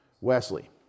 Wesley